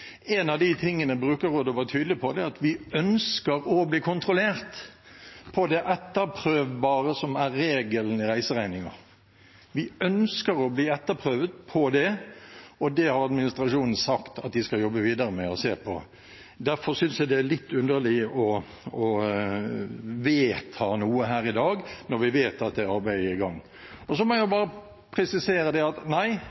En av de tingene brukerrådet var tydelig på, er at vi ønsker å bli kontrollert på det etterprøvbare, som er regelen i reiseregninger. Vi ønsker å bli etterprøvd på det, og det har administrasjonen sagt at de skal jobbe videre med å se på. Derfor synes jeg det er litt underlig å vedta noe her i dag, når vi vet at det arbeidet er i gang. Så må jeg bare presisere: Nei,